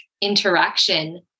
interaction